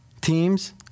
teams